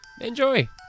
enjoy